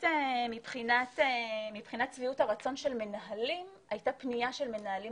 מבחינת שביעות הרצון של מנהלים הייתה פנייה של מנהלים